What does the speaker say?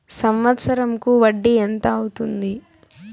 సంవత్సరం కు వడ్డీ ఎంత అవుతుంది?